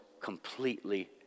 completely